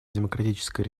демократическая